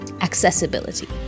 accessibility